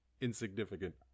insignificant